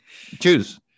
Choose